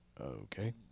Okay